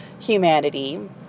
humanity